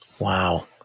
Wow